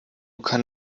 kann